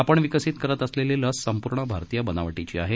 आपण विकसित करत असलेली लस संपूर्ण भारतीय बनावटीची आहे